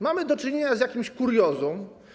Mamy do czynienia z jakimś kuriozum.